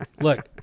Look